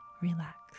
relax